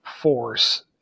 force